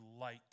light